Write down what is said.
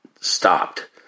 stopped